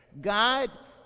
God